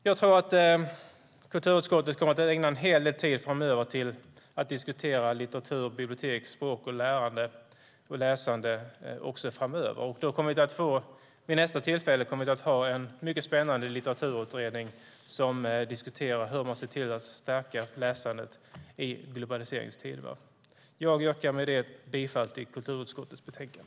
Jag tror att kulturutskottet kommer att ägna en hel del tid framöver åt att diskutera litteratur, bibliotek, språk, lärande och läsande. Vid nästa tillfälle kommer vi att ha en mycket spännande litteraturutredning som diskuterar hur man stärker läsandet i globaliseringens tidevarv. Jag yrkar med detta bifall till förslaget i kulturutskottets betänkande.